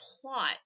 plot